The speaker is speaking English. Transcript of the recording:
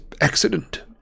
accident